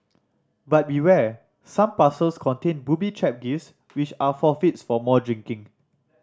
but beware some parcels contain booby trap gifts which are forfeits for more drinking